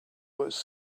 was